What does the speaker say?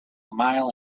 mile